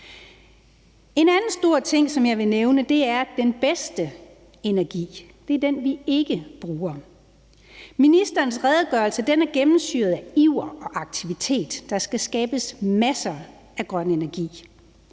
En anden stor ting, som jeg vil nævne, er, at den bedste energi er den, vi ikke bruger. Ministerens redegørelse er gennemsyret af iver og aktivitet – der skal skabes masser af grøn energi.